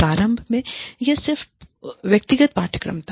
प्रारंभ में यह सिर्फ व्यक्तिगत पाठ्यक्रम था